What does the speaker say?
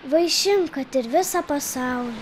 vaišink kad ir visą pasaulį